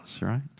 right